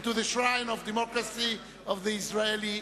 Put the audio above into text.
and to the shrine of democracy of the Israeli people.